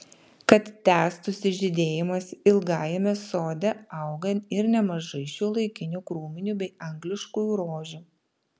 kad tęstųsi žydėjimas ilgajame sode auga ir nemažai šiuolaikinių krūminių bei angliškųjų rožių